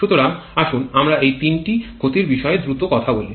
সুতরাং আসুন আমরা এই তিনটি ক্ষতির বিষয়ে দ্রুত কথা বলি